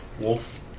Wolf